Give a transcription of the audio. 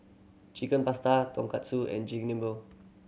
Chicken Pasta Tonkatsu and